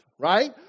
right